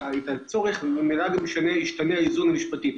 ממילא ישתמע מזה גם איזון משפטי.